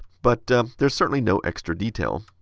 but there is certainly no extra detail.